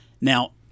Now